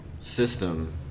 system